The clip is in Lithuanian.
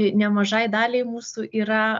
nemažai daliai mūsų yra